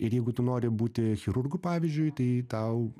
ir jeigu tu nori būti chirurgu pavyzdžiui tai tau